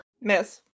Miss